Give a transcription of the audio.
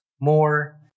more